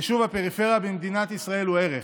יישוב הפריפריה במדינת ישראל הוא ערך,